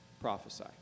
prophesy